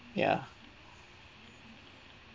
ya